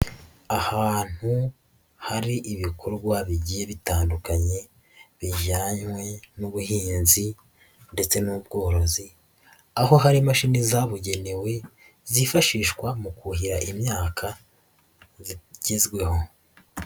Ahantu hari ibikorwa bigiye bitandukanye bijyanye n'ubuhinzi ndetse n'ubworozi, aho hari imashini zabugenewe zifashishwa mu kuhira imyaka zigezweho.